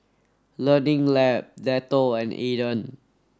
learning Lab Dettol and Aden